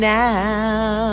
now